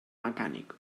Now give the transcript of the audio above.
mecànic